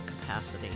capacity